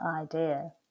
idea